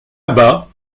bas